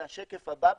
זה השקף הבא.